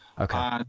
okay